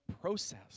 process